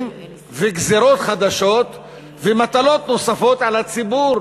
וגזירות חדשות ומטלות נוספות על הציבור.